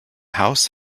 house